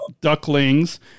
Ducklings